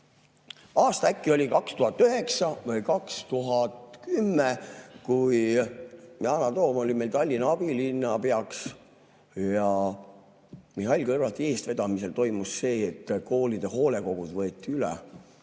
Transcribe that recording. Aasta oli äkki 2009 või 2010, kui Yana Toom oli Tallinna abilinnapea ja Mihhail Kõlvarti eestvedamisel toimus see, et koolide hoolekogud võeti üle